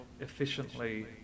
efficiently